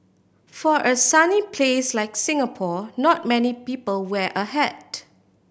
for a sunny place like Singapore not many people wear a hat